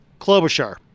Klobuchar